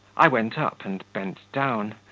i went up, and bent down.